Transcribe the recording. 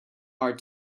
are